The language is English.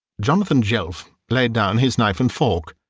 jonathan jelf laid down his knife and fork.